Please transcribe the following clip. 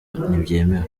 ntibyemewe